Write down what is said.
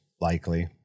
likely